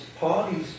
parties